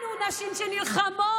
אנחנו נשים שנלחמות